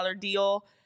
deal